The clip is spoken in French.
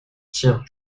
tiens